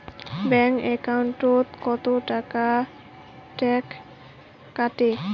Bank একাউন্টত কতো টাকা ট্যাক্স কাটে?